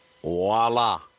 voila